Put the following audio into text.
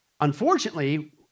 Unfortunately